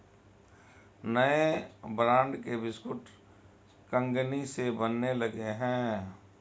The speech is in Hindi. नए ब्रांड के बिस्कुट कंगनी से बनने लगे हैं